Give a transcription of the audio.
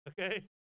Okay